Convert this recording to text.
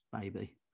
baby